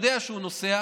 הוא יודע שהוא נוסע,